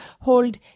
hold